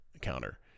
counter